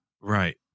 Right